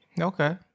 Okay